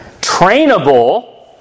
trainable